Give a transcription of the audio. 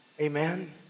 Amen